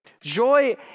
Joy